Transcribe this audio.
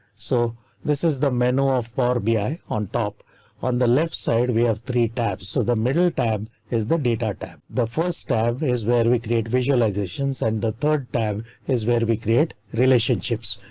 so this is the menu of power bi on top on the left side we have three tabs, so the middle tab is the data tab. the first tab is where we create visualizations, and the third tab is where we create relationships,